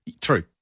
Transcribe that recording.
True